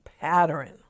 pattern